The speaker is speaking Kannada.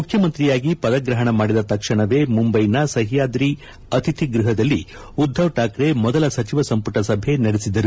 ಮುಖ್ಯಮಂತ್ರಿಯಾಗಿ ಪದಗ್ರಹ ಮಾಡಿದ ತಕ್ಷಣವೇ ಮುಂಬೈನ ಸಹ್ಯಾದ್ರಿ ಅತಿಥಿ ಗೃಹದಲ್ಲಿ ಉದ್ದವ್ ಠಾಕ್ರೆ ಮೊದಲ ಸಚಿವ ಸಂಪುಟ ಸಭೆ ನಡೆಸಿದರು